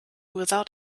without